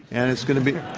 and it's going to be